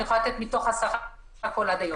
אני יכולה להגיד מתוך הסך הכול עד היום.